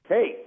Hey